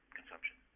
consumption